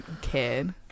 kid